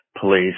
police